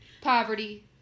poverty